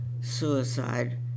suicide